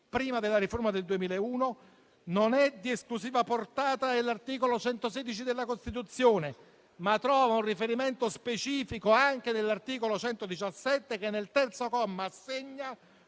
prima della riforma del 2001, non è infatti di esclusiva portata dell'articolo 116 della Costituzione, ma trova un riferimento specifico anche nell'articolo 117 che, nel terzo comma, assegna